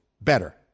better